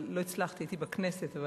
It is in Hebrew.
אבל